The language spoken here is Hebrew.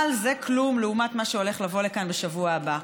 אבל זה כלום לעומת מה שהולך לבוא לכאן בשבוע הבא: